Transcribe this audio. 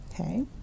okay